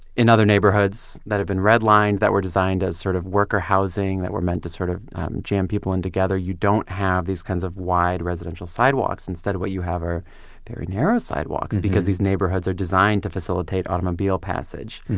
in other neighborhoods that have been redlined, that were designed as sort of worker housing that were meant to sort of jam people in together, you don't have these kinds of wide residential sidewalks, instead of what you have are very narrow sidewalks because these neighborhoods are designed to facilitate automobile passage.